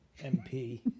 MP